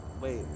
wait